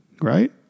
Right